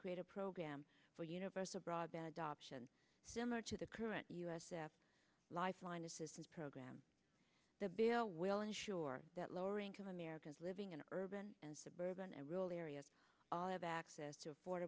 create a program for universal broadband adoption similar to the current u s lifeline assistance program the bill will ensure that lower income americans living in urban and suburban and rural areas have access to afford